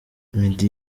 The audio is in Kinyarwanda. meddy